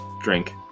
drink